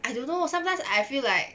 I don't know sometimes I feel like